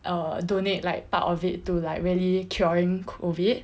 or donate like part of it to like really curing COVID